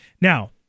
Now